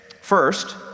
First